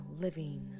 living